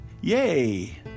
yay